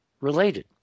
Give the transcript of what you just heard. related